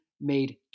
made